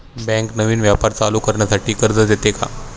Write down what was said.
Bank नवीन व्यापार चालू करण्यासाठी कर्ज देते का?